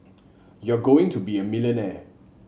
you're going to be a millionaire